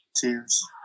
tears